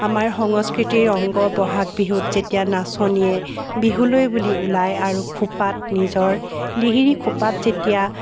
আমাৰ সংস্কৃতিৰ অংগ বহাগ বিহুত যেতিয়া নাচনীয়ে বিহুলৈ বুলি ওলায় আৰু খোপাত নিজৰ লিহিৰী খোপাত যেতিয়া